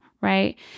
right